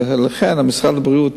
ולכן, משרד הבריאות,